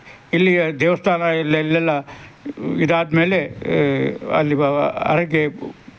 ಇಲ್ಲಿಯ ದೇವಸ್ಥಾನ ಇಲ್ಲೆಲ್ಲ ಇದಾದ್ಮೇಲೆ ಅಲ್ಲಿ ಬ ಅದಕ್ಕೆ